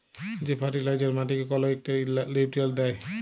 যে ফার্টিলাইজার মাটিকে কল ইকটা লিউট্রিয়েল্ট দ্যায়